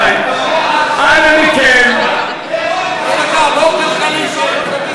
אין שום הצדקה, לא כלכלית.